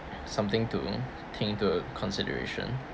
something to think to consideration